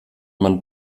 man